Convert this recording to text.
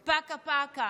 פקה-פקה,